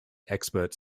experts